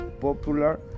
popular